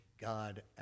God